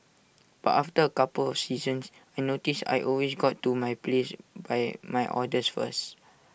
but after A couple of seasons I noticed I always got to my place by my orders first